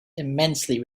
immensely